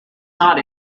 not